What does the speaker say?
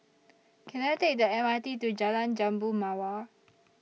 Can I Take The M R T to Jalan Jambu Mawar